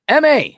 ma